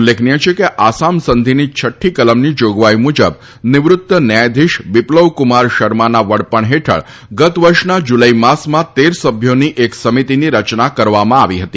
ઉલ્લેખનીય છે કે આસામ સંધીની છઠ્ઠી કલમની જોગવાઇ મુજબ નિવૃત ન્યાયાધીશ બીપ્લવકુમાર શર્માના વડપણ હેઠળ ગત વર્ષના જુલાઇ માસમાં તેર સભ્યોની એક સમિતિની રચના કરવામાં આવી હતી